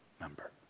member